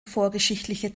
vorgeschichtliche